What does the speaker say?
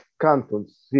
cantons